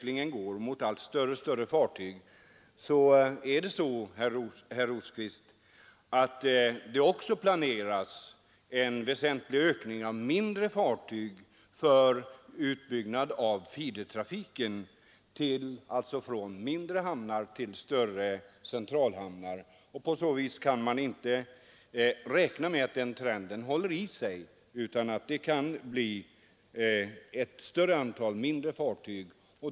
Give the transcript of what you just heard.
lingen går mot allt större fartyg vill jag säga, herr Rosqvist, att det också planeras en väsentlig ökning av antalet mindre fartyg för utökandet av feedertrafiken från mindre hamnar till större centralhamnar. Man kan därför inte räkna med att den nuvarande trenden fortsätter, utan det kan bli ett större antal mindre fartyg.